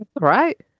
Right